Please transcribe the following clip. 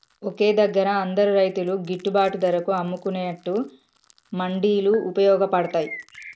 ఒకే దగ్గర అందరు రైతులు గిట్టుబాటు ధరకు అమ్ముకునేట్టు మండీలు వుపయోగ పడ్తాయ్